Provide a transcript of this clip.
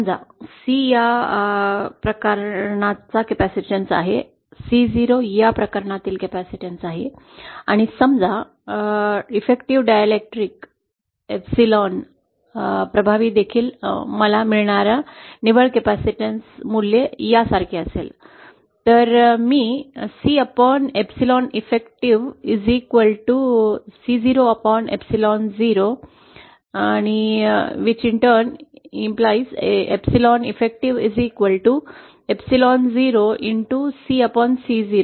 समजा C या प्रकरणात कॅपेसिटन्स आहे C0 या प्रकरणातील कॅपेसिटन्स आहे आणि समजा प्रभावी डायलेक्ट्रिक स्थिर 𝝴 प्रभावी देखील मला मिळणारे निव्वळ कॅपेसिटन्स मूल्य यासारखे आहे तर मी C 𝝴 effectiveC0𝝴0 implies 𝝴 effective 𝝴0CC0 लिहू शकतो